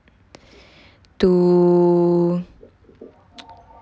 to